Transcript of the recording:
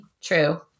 True